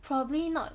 probably not